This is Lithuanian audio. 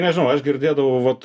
nežinau aš girdėdavau vat